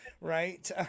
right